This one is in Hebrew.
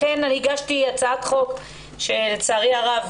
לכן אני הגשתי הצעת חוק שלצערי הרב,